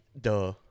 Duh